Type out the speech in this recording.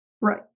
Right